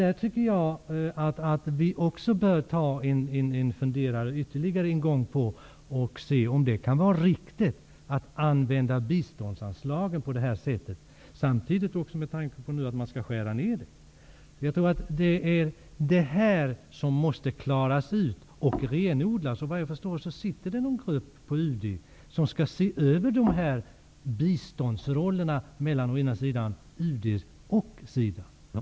Jag tycker att vi bör ta ytterligare en funderare på om det kan vara riktigt att använda biståndsanslaget på detta sätt, bl.a. med tanke på att man nu skall skära ned det. Detta måste klaras ut och renodlas. Såvitt jag vet finns det en grupp på UD som skall se över biståndsrollerna mellan UD och SIDA.